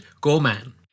Gorman